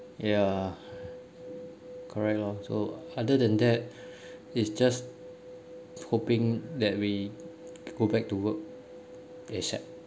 ya correct lor so other than that it's just hoping that we go back to work ASAP